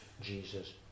Jesus